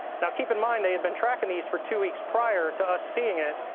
and keep in mind, they had been tracking these for two weeks prior to us seeing it.